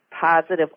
positive